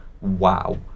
wow